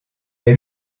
est